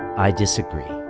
i disagree.